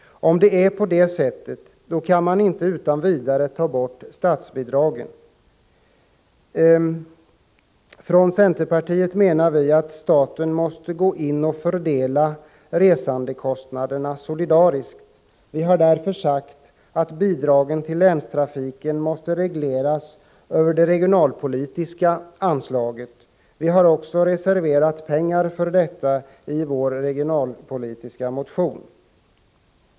Om det är så kan man inte utan vidare ta bort statsbidragen. Från centerpartiet menar vi att staten måste gå in och fördela resandekostnaderna solidariskt. Vi har därför sagt att bidragen till länstrafiken måste regleras över det regionalpolitiska anslaget. Vi har också reserverat pengar för detta i vår regionalpolitiska motion.